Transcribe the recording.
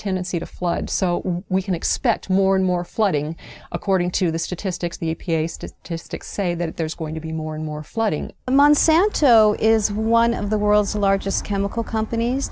tendency to flood so we can expect more and more flooding according to the statistics the e p a statistics say that there's going to be more and more flooding a month's santo is one of the world's largest chemical compan